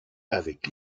avec